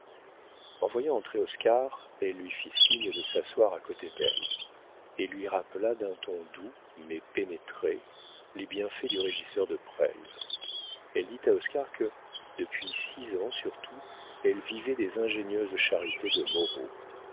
en voyant entrer oscar elle lui fit signe de s'asseoir à côté d'elle et lui rappela d'un ton doux mais pénétré les bienfaits du régisseur de presles elle dit à oscar que depuis six ans surtout elle vivait des ingénieuses charités de moreau